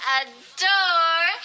adore